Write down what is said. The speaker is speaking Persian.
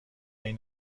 این